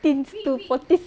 teens to forties